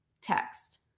text